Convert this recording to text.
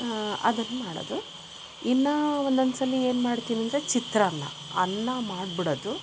ಅದೊಂದು ಮಾಡೋದು ಇನ್ನು ಒಂದೊಂದು ಸಲ ಏನು ಮಾಡ್ತೀನಂದರೆ ಚಿತ್ರಾನ್ನ ಅನ್ನ ಮಾಡ್ಬಿಡೋದು